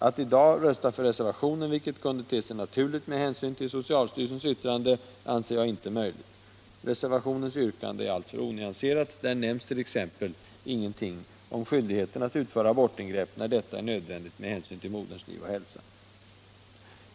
Alt i dag rösta för reservationen, vilket kunde te sig naturligt med hänsyn till socialstyrelsens yttrande, anser jag inte möjligt. Reservationens yrkande är alltför onyanserat. Där nämns t.ex. ingenting om skyldigheten att utföra abortingrepp när detta är nödvändigt med hänsyn till moderns liv och hälsa.